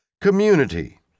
Community